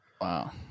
Wow